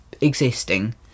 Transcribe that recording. existing